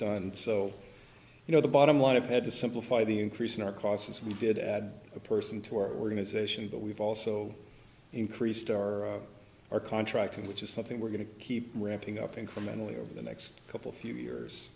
done so you know the bottom line it had to simplify the increase in our costs as we did add a person to our organization but we've also increased our our contracting which is something we're going to keep ramping up incrementally over the next couple few years